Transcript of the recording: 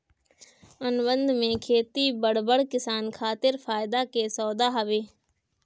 अनुबंध पे खेती बड़ बड़ किसान खातिर फायदा के सौदा हवे